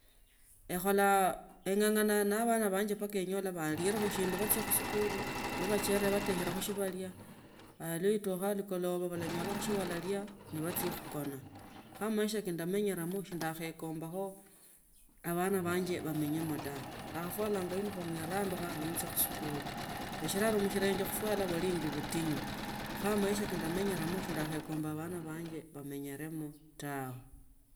Ekhala eng’ang’ana ne abana banye mbaka enyola bayilekho shindu bahiya khusikuli lebachorera nebata khila khosindu baha kha netukha lukaloba lonylakho shia balalia nebachia kukhona kho maisha ke ndamenyelamo ndakha ekembaicho abana banjo bamenyemo tawe ndakhafulanga uniform yakhar andukha nenjia khusi kulu neshimalo musilenje sia khufuara yaling’a butinyu, kha maisha kee ndamenyelamo so ndukombanga abana banje bamenyoremo tawe.